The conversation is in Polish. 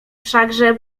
wszakże